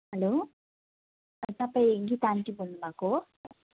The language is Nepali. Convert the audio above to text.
हलो तपाईँ गीता आन्टी बोल्नु भएको हो